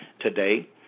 today